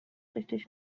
richtig